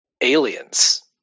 Aliens